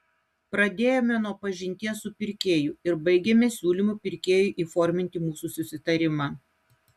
pradėjome nuo pažinties su pirkėju ir baigėme siūlymu pirkėjui įforminti mūsų susitarimą